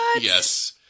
Yes